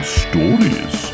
stories